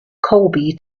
colby